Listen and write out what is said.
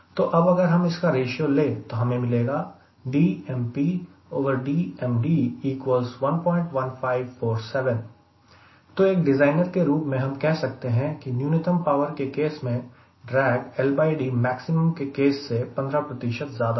तो अब अगर हम इसका रेशियो ले तो हमें मिलेगा तो एक डिज़ाइनर के रूप में हम कह सकते हैं कि न्यूनतम पावर के केस में ड्रैग LD maximum के केस से 15 ज्यादा है